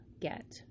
get